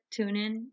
TuneIn